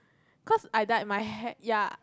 cause I dye my hair ya